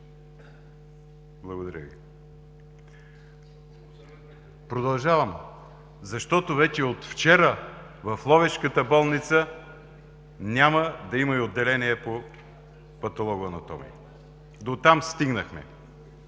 Благодаря Ви, продължавам. Защото вече от вчера в Ловешката болница няма да има и Отделение по патологоанатомия, дотам стигнахме.